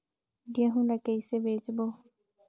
गहूं ला कइसे बेचबो?